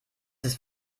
ist